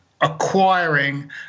acquiring